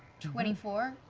twenty four?